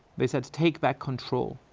they said take back control.